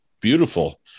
beautiful